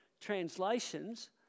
translations